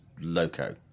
loco